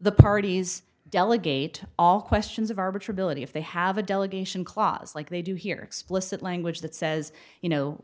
the parties delegate all questions of arbitron realty if they have a delegation clause like they do here splits that language that says you know